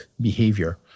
behavior